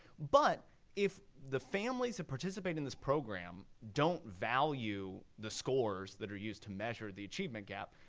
but if the families that participate in this program don't value the scores that are used to measure the achievement gap,